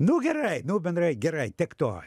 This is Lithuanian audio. nu gerai nu bendrai gerai tiek to